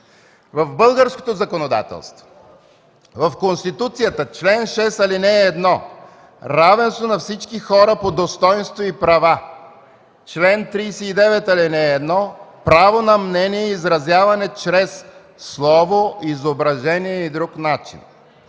В българското законодателство – в Конституцията, чл. 6, ал. 1: „Равенство на всички хора по достойнство и права”; чл. 39, ал. 1: „Право на мнение и изразяване чрез слово, изображение и друг начин”;